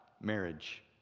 marriage